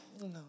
No